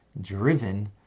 driven